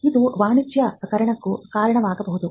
ಇದು ವಾಣಿಜ್ಯೀಕರಣಕ್ಕೂ ಕಾರಣವಾಗಬಹುದು